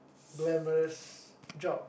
glamorous job